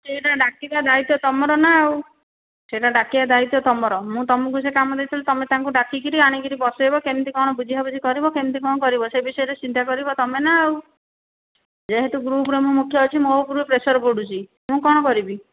ସେଟା ଡାକିବା ଦାୟିତ୍ଵ ତୁମର ନା ଆଉ ସେଇଟା ଡାକିବା ଦାୟିତ୍ଵ ତୁମର ମୁଁ ତୁମକୁ ସେ କାମ ଦେଇଥିଲି ତୁମେ ତାଙ୍କୁ ଡାକିକରି ଆଣିକରି ବସାଇବ କେମିତି କଣ ବୁଝା ବୁଝି କରିବ କେମିତି କଣ କରିବ ସେଇ ବିଷୟରେ ଚିନ୍ତା କରିବ ତୁମେ ନା ଆଉ ଯେହେତୁ ଗ୍ରୁପ୍ର ମୁଁ ମୁଖ୍ୟ ଅଛି ମୋ' ଉପରକୁ ପ୍ରେଶର୍ ପଡୁଛି ମୁଁ କ'ଣ କରିବି